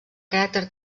caràcter